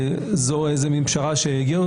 זאת איזו מן פשרה שהגיעו אליה,